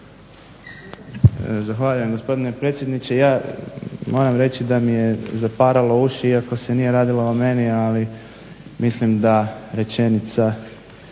Zahvaljujem gospodine predsjedniče. Ja moram reći da mi je zaparalo uši iako se nije radilo o meni, ali mislim da rečenica